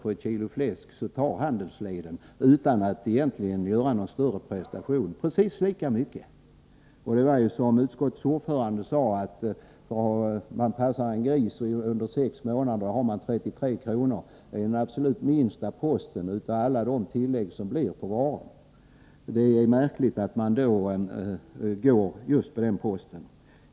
för ett kilo fläsk tar handelsledet faktiskt — utan att egentligen göra någon större prestation — precis lika mycket. Som utskottets ordförande sade: Om man passar en gris under sex månader har man 33 kr. Det är den absolut minsta posten av alla de tillägg som blir på varan. Det är märkligt att just den posten då angrips.